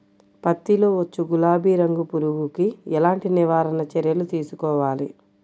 పత్తిలో వచ్చు గులాబీ రంగు పురుగుకి ఎలాంటి నివారణ చర్యలు తీసుకోవాలి?